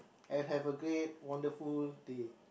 and have a great wonderful day